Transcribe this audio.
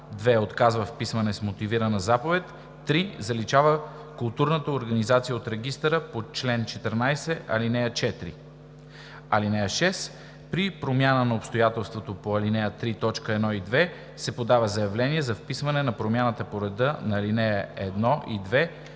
2. отказва вписване с мотивирана заповед; 3. заличава културната организация от регистъра по чл. 14, ал. 4. (6) При промяна на обстоятелство по ал. 3, т. 1 и 2 се подава заявление за вписване на промяната по реда на ал. 1 и 2